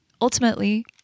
ultimately